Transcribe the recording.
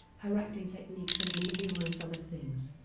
her acting techniques and numerous other things.